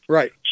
Right